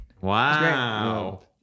Wow